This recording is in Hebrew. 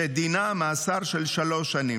ודינה מאסר של שלוש שנים.